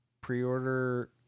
pre-order